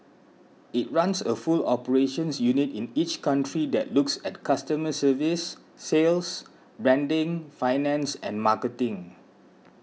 it runs a full operations unit in each country that looks at customer service sales branding finance and marketing